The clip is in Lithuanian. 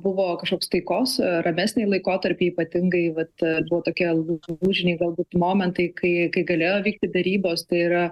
buvo kažkoks taikos ramesnį laikotarpį ypatingai vat buvo tokie lūžiniai galbūt momentai kai kai galėjo vykti derybos tai yra